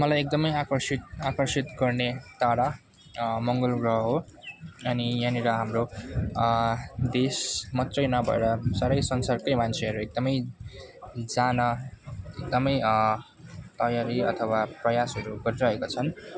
मलाई एकदमै आकर्षित आकर्षित गर्ने तारा मङ्गल ग्रह हो अनि यहाँनिर हाम्रो देश मात्रै नभएर सारा संसारकै मान्छेहरू एकदमै जान एकदमै तयारी अथवा प्रयासहरू गरिरहेका छन्